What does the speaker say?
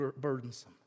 burdensome